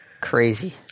Crazy